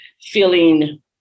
feeling